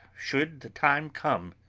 should the time come,